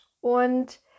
Und